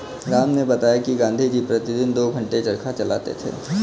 राम ने बताया कि गांधी जी प्रतिदिन दो घंटे चरखा चलाते थे